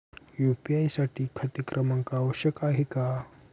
UPI साठी खाते क्रमांक आवश्यक आहे का?